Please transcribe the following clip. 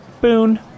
Boon